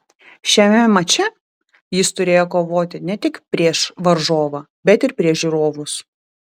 šiame mače jis turėjo kovoti ne tik prieš varžovą bet ir prieš žiūrovus